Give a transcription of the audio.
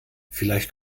vielleicht